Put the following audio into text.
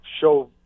show